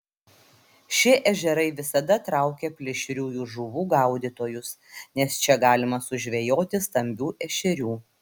šie ežerai visada traukia plėšriųjų žuvų gaudytojus nes čia galima sužvejoti stambių ešerių